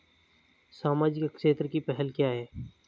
सामाजिक क्षेत्र की पहल क्या हैं?